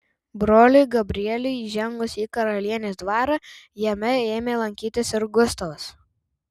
broliui gabrieliui įžengus į karalienės dvarą jame ėmė lankytis ir gustavas